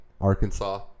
Arkansas